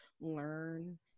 learn